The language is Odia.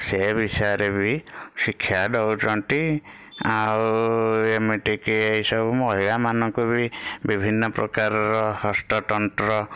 ସେ ବିଷୟରେ ବି ଶିକ୍ଷା ଦଉଛନ୍ତି ଆଉ ଏମିତିକି ଏହି ସବୁ ମହିଳାମାନଙ୍କୁ ବି ବିଭିନ୍ନ ପ୍ରକାରର ହସ୍ତତନ୍ତ